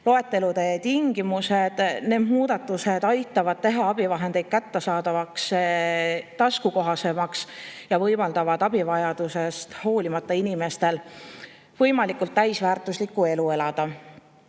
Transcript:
loetelude tingimused. Need muudatused aitavad teha abivahendeid kättesaadavamaks, taskukohasemaks ja võimaldavad abivajadusest hoolimata inimestel võimalikult täisväärtuslikku elu elada.